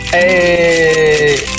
Hey